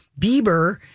Bieber